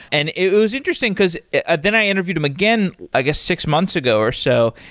and it was interesting, because then i interviewed him again, i guess six months ago or so.